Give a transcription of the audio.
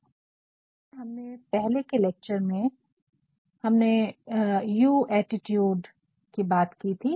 याद है हमने पहले के लेक्टर्स में हमने यू ऐटिटूड You attitude या आप महत्वपूर्ण है की बात की थी